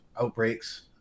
outbreaks